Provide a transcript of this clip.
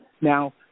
Now